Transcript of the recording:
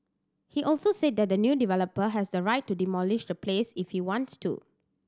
he also said that the new developer has the right to demolish the place if he wants to